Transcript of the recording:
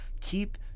keep